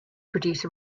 produce